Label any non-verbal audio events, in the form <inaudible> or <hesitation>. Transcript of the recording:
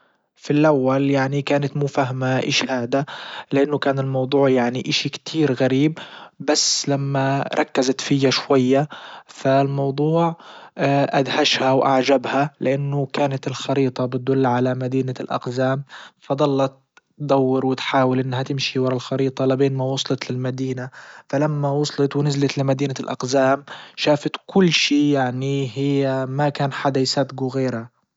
في الاول يعني كانت مو فاهمة ايش هادا لانه كان الموضوع يعني اشي كتير غريب بس لما ركزت فيا شوية فالموضوع <hesitation> ادهشها واعجبها لانه كانت الخريطة بتدل على مدينة الاقزام فضلت تدور وتحاول انها تمشي ورا الخريطة لبين ما وصلت للمدينة فلما وصلت ونزلت لمدينة الاقزام شافت كل شي يعني هي ما كان حدا يصدجه غيرا